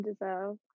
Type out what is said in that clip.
deserve